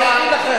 אני אגיד לכם.